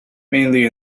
mainly